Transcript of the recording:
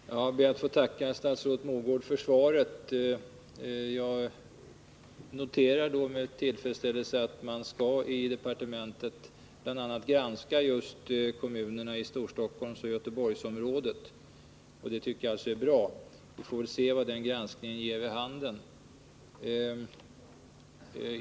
Herr talman! Jag ber att få tacka statsrådet Mogård för svaret. Jag noterar med tillfredsställelse att man i departementet skall granska bl.a. just kommunerna i Storstockholmsoch Göteborgsområdet. Det tycker jag är bra. Vi får väl se vad den granskningen ger vid handen.